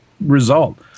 result